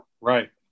Right